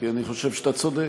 כי אני חושב שאתה צודק.